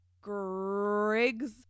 Griggs